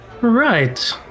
Right